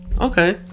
Okay